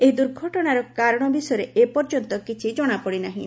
ଏହି ଦୁର୍ଘଟଣାର କାରଣ ବିଷୟରେ ଏପର୍ଯ୍ୟନ୍ତ କିଛି ଜଣାପଡ଼ି ନାହିଁ